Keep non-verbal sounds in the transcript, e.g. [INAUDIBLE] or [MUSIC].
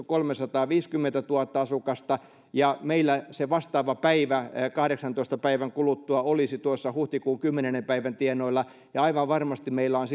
[UNINTELLIGIBLE] kolmesataaviisikymmentätuhatta asukasta ja meillä se vastaava päivä kahdeksantoista päivän kuluttua olisi tuossa huhtikuun kymmenennen päivän tienoilla aivan varmasti meillä on [UNINTELLIGIBLE]